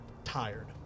tired